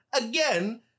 again